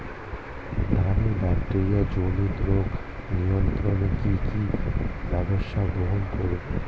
ধানের ব্যাকটেরিয়া জনিত রোগ নিয়ন্ত্রণে কি কি ব্যবস্থা গ্রহণ করব?